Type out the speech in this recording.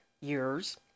years